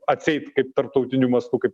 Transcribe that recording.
atseit kaip tarptautiniu mastu kaip